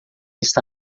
está